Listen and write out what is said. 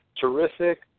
terrific